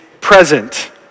present